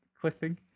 Clipping